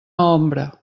ombra